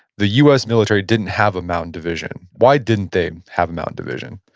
the u s. military didn't have a mountain division. why didn't they have a mountain division?